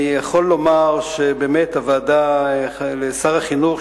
אני יכול לומר לשר החינוך,